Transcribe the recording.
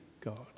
God